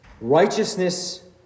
Righteousness